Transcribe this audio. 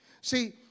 See